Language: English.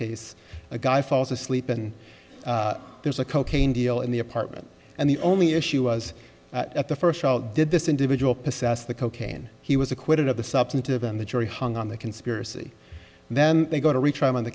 case a guy falls asleep and there's a cocaine deal in the apartment and the only issue was at the first trial did this individual possess the cocaine he was acquitted of the substantive and the jury hung on the conspiracy and then they go to retry him on the